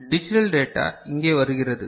இப்போது digital data இங்கே வருகிறது